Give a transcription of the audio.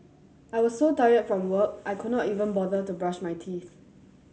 I was so tired from work I could not even bother to brush my teeth